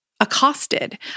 accosted